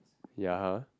ya